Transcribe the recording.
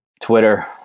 Twitter